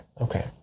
Okay